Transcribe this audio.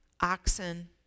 oxen